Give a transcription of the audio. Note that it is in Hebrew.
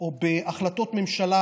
או בהחלטות ממשלה,